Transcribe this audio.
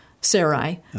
Sarai